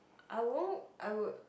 I won't I would